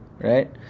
Right